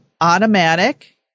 automatic